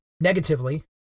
negatively